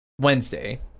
Wednesday